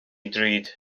ddrud